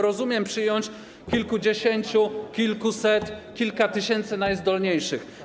Rozumiem -przyjąć kilkudziesięciu, kilkuset, kilka tysięcy najzdolniejszych.